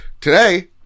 today